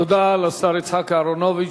תודה לשר יצחק אהרונוביץ.